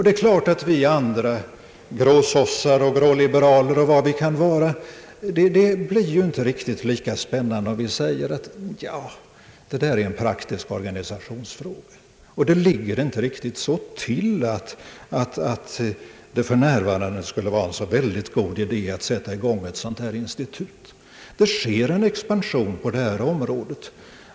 Det är klart att om vi andra »gråsossar» och »gråliberaler» och vad vi kan vara säger att det är en praktisk organisationsfråga, så blir det inte lika spännande. Det ligger inte riktigt så till att det skulle vara en så god idé att sätta i gång ett sådant institut. Det sker en expansion på detta område.